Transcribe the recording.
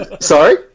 Sorry